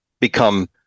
become